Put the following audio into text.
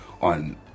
on